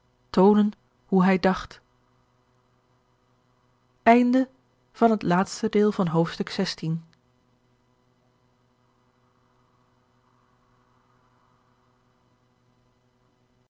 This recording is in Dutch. toonen hoe hij dacht